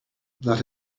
that